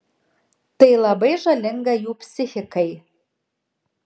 tai labai žalinga jų psichikai